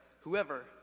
whoever